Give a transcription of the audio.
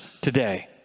today